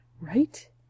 Right